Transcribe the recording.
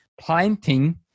planting